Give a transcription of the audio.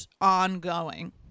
ongoing